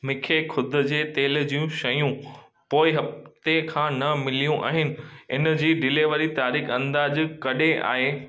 मूंखे ख़ुदि जे तेल जूं शयूं पोइ हफ़्ते खां न मिलियूं आहिनि इनजी डिलेवरी तारीख़ अंदाज़ु कॾहिं आहे